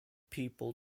people